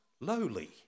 lowly